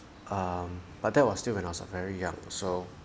um but that was still when I was very young so